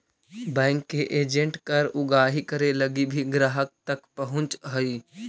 bank के agent कर उगाही करे लगी भी ग्राहक तक पहुंचऽ हइ